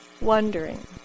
Wondering